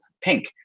Pink